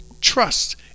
Trust